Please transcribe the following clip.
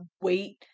wait